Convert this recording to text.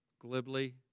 glibly